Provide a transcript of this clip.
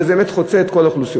וזה באמת חוצה את כל האוכלוסיות.